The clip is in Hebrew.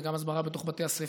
זה גם הסברה בתוך בתי הספר,